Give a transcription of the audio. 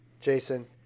Jason